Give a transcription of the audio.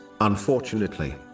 Unfortunately